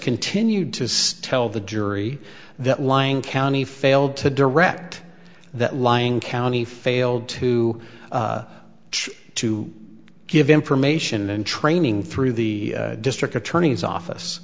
continued to tell the jury that lying county failed to direct that lying county failed to try to give information and training through the district attorney's